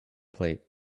plate